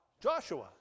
Joshua